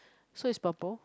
so is purple